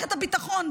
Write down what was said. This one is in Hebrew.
מערכת הביטחון,